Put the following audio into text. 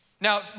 Now